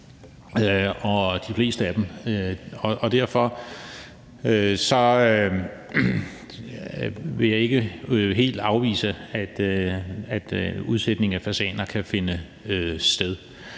af dem også en god død. Derfor vil jeg ikke helt afvise, at udsætning af fasaner kan finde sted.